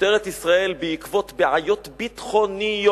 משטרת ישראל, בעקבות בעיות ביטחוניות,